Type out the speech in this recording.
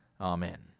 Amen